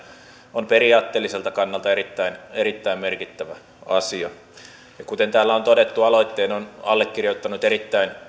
on periaatteelliselta kannalta erittäin erittäin merkittävä asia kuten täällä on todettu aloitteen on allekirjoittanut erittäin